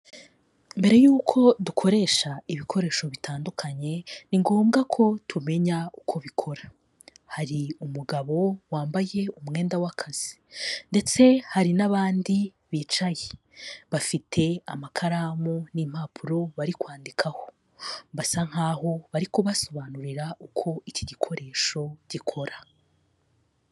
Mbere yuko dukoresha ibikoresho bitandukanye ni ngombwa ko tumenya uko bikora, hari umugabo wambaye umwenda w'akazi ndetse hari n'abandi bicaye, bafite amakaramu n'impapuro bari kwandikah, basa nkaho bari kubasobanurira uko iki gikoresho gikora.